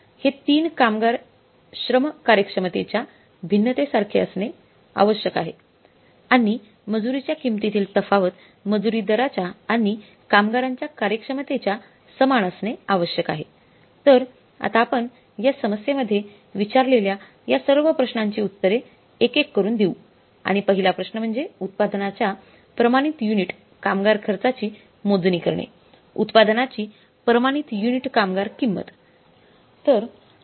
हे तीन कामगार श्रम कार्यक्षमतेच्या भिन्नतेसारखे असणे आवश्यक आहे आणि मजुरीच्या किंमतीतील तफावत मजुरी दराच्या पगाराच्या मजुरी दराच्या आणि कामगारांच्या कार्यक्षमतेच्या समान असणे आवश्यक आहे